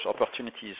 opportunities